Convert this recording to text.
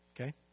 Okay